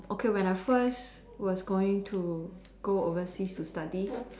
okay when I first was going to go overseas to study